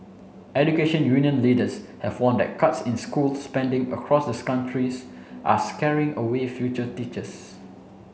education union leaders have warned that cuts in school spending across the countries are scaring away future teachers